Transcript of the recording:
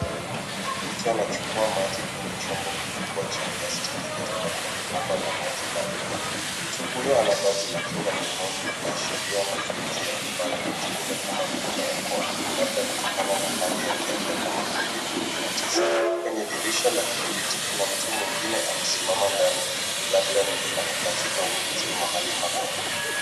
Mtu anachukua maji kwenye chombo kikubwa cha plastiki kutoka kwenye bomba la maji la umma. Mtu huyo ana vazi la kinga na mdomoni inaashiria matumizi ya vifaa vya kujikinga kama vile barakoa labda kutokana na hali ya kiafya kama covid 19.Kwenye dirisha la kiberiti kuna mtu mwingine amesimama ndani labda ni mfanyakazi au mlinzi mahali hapo.